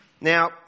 Now